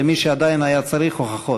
למי שעדיין היה צריך הוכחות,